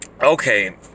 Okay